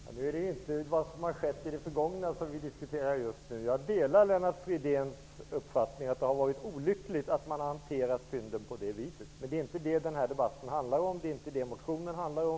Herr talman! Det är inte vad som har skett i det förgångna som vi diskuterar just nu. Jag delar Lennart Fridéns uppfattning att det var olyckligt att man hanterade fynden på det viset. Men det är inte detta som den här debatten och motionen handlar om, och det är inte det som riksdagen skall besluta om.